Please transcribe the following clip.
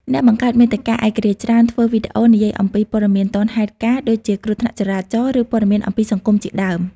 អ្នកបង្កើតមាតិកាឯករាជ្យច្រើនធ្វើវីដេអូនិយាយអំពីពត៌មានទាន់ហេតុការណ៍ដូចជាគ្រោះថ្នាក់ចរាចរណ៍ ឬ ព័ត៌មានអំពីសង្គមជាដើម។។